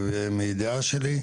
מידיעה שלי,